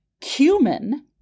Cumin